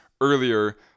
earlier